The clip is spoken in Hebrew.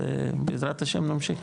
ובעזרת השם נמשיך.